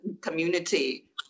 community